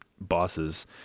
bosses